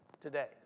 today